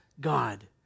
God